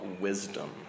wisdom